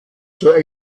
zur